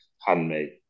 handmade